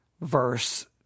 verse